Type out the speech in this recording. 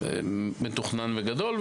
באופן מתוכנן וגדול.